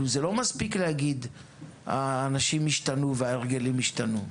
זה לא מספיק להגיד אנשים השתנו וההרגלים השתנו.